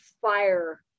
fire